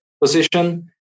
position